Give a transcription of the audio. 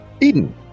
Eden